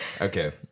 Okay